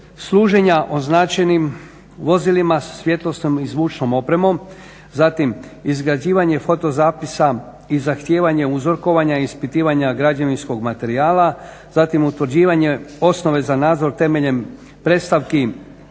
služenja označenim vozilima svjetlosnom i zvučnom opremom, zatim izgrađivanje fotozapisa i zahtijevanje uzorkovanja ispitivanja građevinskog materijala, zatim utvrđivanje osnove za nadzor temeljem predstavki